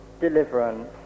deliverance